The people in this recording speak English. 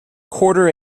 quarter